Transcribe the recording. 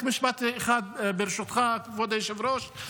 רק משפט אחד ברשותך, כבוד היושב-ראש.